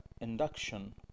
induction